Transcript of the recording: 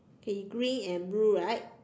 okay green and blue right